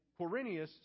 Quirinius